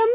M